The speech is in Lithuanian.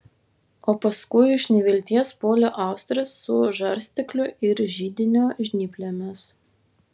o paskui iš nevilties puolė austres su žarstekliu ir židinio žnyplėmis